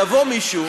יבוא מישהו